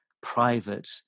private